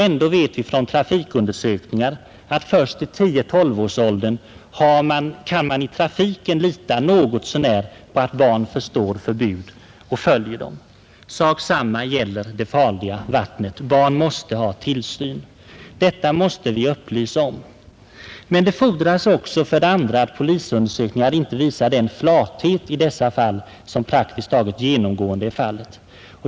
Ändå vet vi från trafikundersökningar att man först när det gäller barn i 10—12-årsåldern kan lita något så när på att de förstår förbud och följer dem. Samma sak gäller det farliga vattnet. Barn måste ha tillsyn. Detta måste vi upplysa om. Men det fordras, för det andra, också att polisundersökningar inte visar den flathet i dessa fall som praktiskt taget genomgående är fallet.